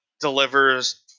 delivers